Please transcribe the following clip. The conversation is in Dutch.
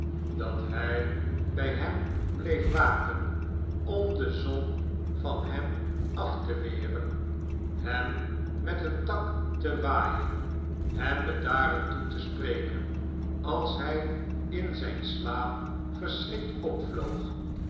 dat hij bij hem bleef waken om de zon van hem af te weren hem met een tak te waaien hem be darend toe te spreken als hij in zijn slaap verschrikt opvloog